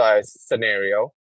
scenario